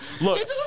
look